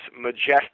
majestic